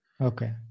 Okay